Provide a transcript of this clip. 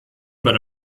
but